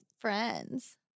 friends